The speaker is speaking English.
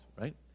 right